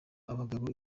abagabo